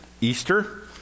Easter